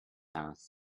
house